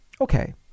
Okay